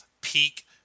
peak